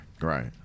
Right